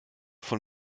von